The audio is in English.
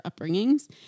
upbringings